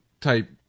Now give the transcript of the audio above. type